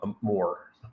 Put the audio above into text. more